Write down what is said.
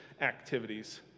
activities